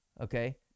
Okay